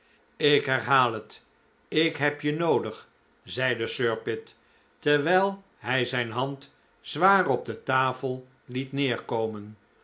ik herhaal het ik heb je noodig zeide sir pitt terwijl hij zijn hand zwaar op de tafel liet neerkomen